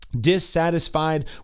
dissatisfied